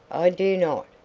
i do not,